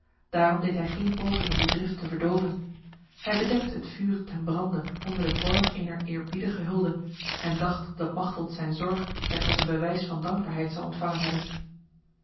daarom deed hij geen poging om die drift te verdoven hij bedekte het vuur dat hem brandde onder de vorm ener eerbiedige hulde en dacht dat machteld zijn zorg slechts als een bewijs van dankbaarheid zou ontvangen hebben